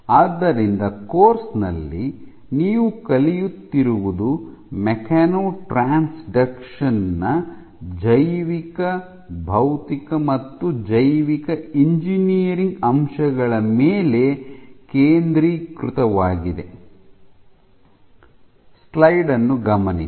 ಆದ್ದರಿಂದ ಕೋರ್ಸ್ ನಲ್ಲಿ ನೀವು ಕಲಿಯುತ್ತಿರುವುದು ಮೆಕ್ಯಾನೊ ಟ್ರಾನ್ಸ್ಡಕ್ಷನ್ ನ ಜೈವಿಕ ಭೌತಿಕ ಮತ್ತು ಜೈವಿಕ ಎಂಜಿನಿಯರಿಂಗ್ ಅಂಶಗಳ ಮೇಲೆ ಕೇಂದ್ರೀಕೃತವಾಗಿದೆ